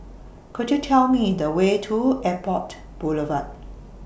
Could YOU Tell Me The Way to Airport Boulevard